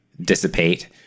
dissipate